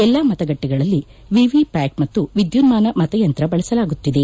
ಎಲ್ಲಾ ಮತಗಟ್ಟೆಗಳಲ್ಲಿ ವಿವಿಪ್ಯಾಟ್ ಮತ್ತು ವಿದ್ಯುನ್ಮಾನ ಮತಯಂತ್ರ ಬಳಸಲಾಗುತ್ತಿದೆ